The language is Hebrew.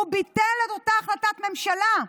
הוא ביטל את אותה החלטת ממשלה,